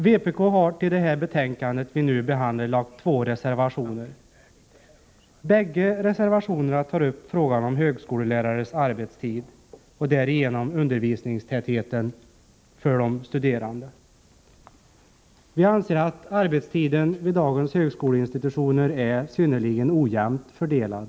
Vpk har till det betänkande som nu behandlas fogat två reservationer, Bägge reservationerna tar upp frågan om högskolelärares arbetstid och därigenom undervisningstätheten för de studerande. Vi anser att arbetstiden vid dagens högskoleinstitutioner är synnerligen ojämnt fördelad.